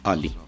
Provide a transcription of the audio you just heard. Ali